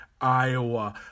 Iowa